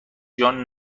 جان